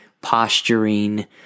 posturing